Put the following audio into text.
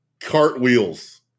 cartwheels